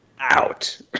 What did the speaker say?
out